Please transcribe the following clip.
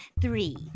three